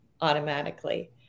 automatically